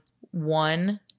one